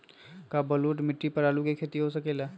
का बलूअट मिट्टी पर आलू के खेती हो सकेला?